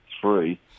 three